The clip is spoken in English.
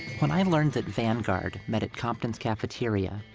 when i learned that vanguard met at compton's cafeteria,